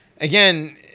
again